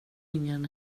ingen